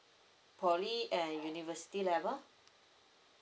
poly and university level